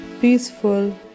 peaceful